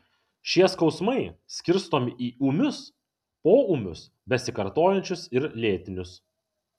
šie skausmai skirstomi į ūmius poūmius besikartojančius ir lėtinius